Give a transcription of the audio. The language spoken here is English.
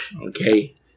Okay